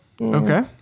Okay